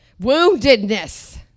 woundedness